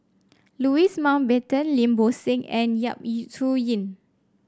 Louis Mountbatten Lim Bo Seng and Yap Su Yin